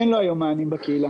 אין לו היום מענים בקהילה